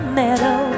meadow